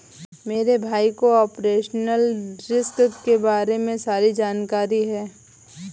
मेरे भाई को ऑपरेशनल रिस्क के बारे में सारी जानकारी है